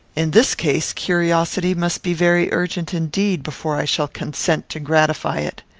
in this case, curiosity must be very urgent indeed before i shall consent to gratify it.